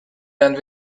done